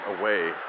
away